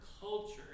culture